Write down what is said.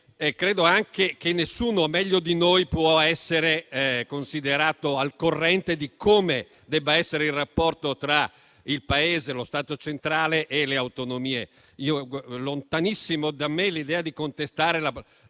peraltro che nessuno meglio di noi possa essere considerato al corrente di come debba essere il rapporto tra il Paese, lo Stato centrale e le autonomie. Lontanissima da me l'idea di contestare la